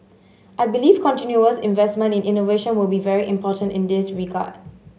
I believe continuous investment in innovation will be very important in this regard